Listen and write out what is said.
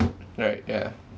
right yeah